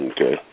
Okay